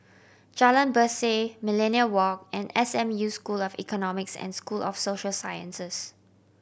Jalan Berseh Millenia Walk and S M U School of Economics and School of Social Sciences